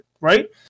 right